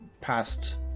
past